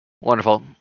Wonderful